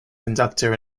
conductor